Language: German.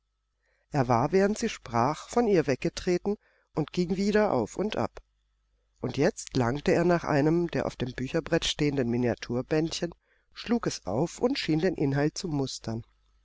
er war während sie sprach von ihr weggetreten und ging wieder auf und ab und jetzt langte er nach einem der auf einem bücherbrett stehenden miniaturbändchen schlug es auf und schien den inhalt zu mustern